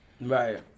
Right